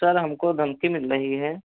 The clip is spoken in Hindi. सर हमको धमकी मिल रही है